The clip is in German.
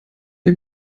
ihr